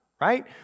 right